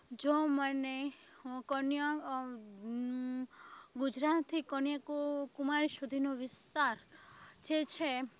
જો મને કન્યા ગુજરાતથી કન્યાકુમારી સુધીનો વિસ્તાર જે છે